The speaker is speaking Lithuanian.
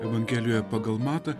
evangelioje pagal matą